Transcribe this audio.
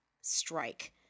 strike